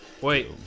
Wait